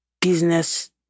business